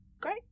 Great